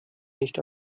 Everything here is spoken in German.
nicht